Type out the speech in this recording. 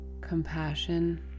Compassion